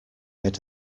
had